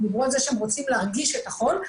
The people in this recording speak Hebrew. הם דיברו על כך שהם רוצים להרגיש את החול.